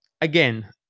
again